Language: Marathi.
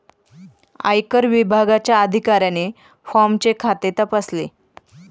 आयकर विभागाच्या अधिकाऱ्याने फॉर्मचे खाते तपासले